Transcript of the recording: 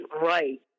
right